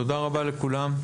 תודה רבה לכולם.